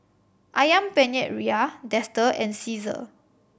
Ayam Penyet Ria Dester and Cesar